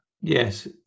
Yes